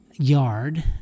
Yard